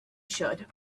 should